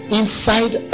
inside